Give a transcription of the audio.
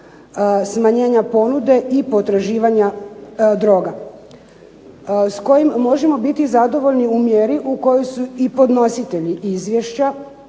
smanjenja ponude i potraživanja droga, s kojim možemo biti zadovoljni u mjeri u kojoj su i podnositelji izvješća